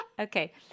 Okay